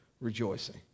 rejoicing